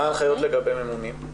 מה ההנחיות לגבי ממונים?